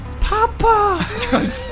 Papa